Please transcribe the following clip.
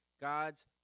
God's